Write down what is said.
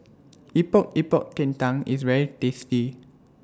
Epok Epok Kentang IS very tasty